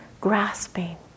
grasping